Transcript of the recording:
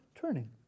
Turning